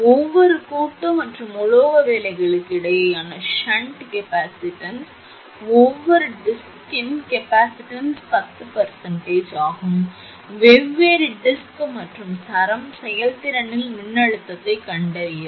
ஒவ்வொரு கூட்டு மற்றும் உலோக வேலைகளுக்கிடையேயான ஷன்ட் கொள்ளளவு ஒவ்வொரு வட்டின் கொள்ளளவின் 10 ஆகும் வெவ்வேறு வட்டு மற்றும் சரம் செயல்திறனில் மின்னழுத்தத்தைக் கண்டறியவும்